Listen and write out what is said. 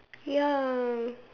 ya